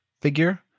figure